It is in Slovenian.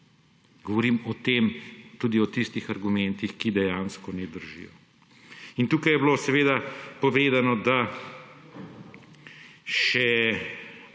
govorim o tem, tudi o tistih argumentih, ki dejansko ne držijo. Tukaj je bilo seveda povedano, da se